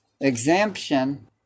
exemption